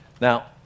Now